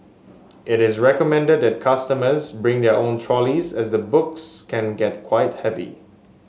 it is recommended that customers bring their own trolleys as the books can get quite heavy